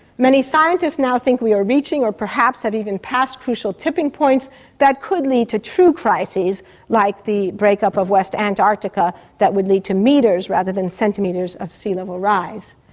many scientists now think we are reaching, or perhaps have even passed crucial tipping points that could lead to true crises like the breakup of west antarctica that would lead to metres rather than centimetres of sea level rise.